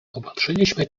opatrzyliśmy